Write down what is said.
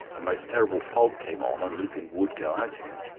a most terrible fog came on, and lupin would go out in it,